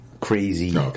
crazy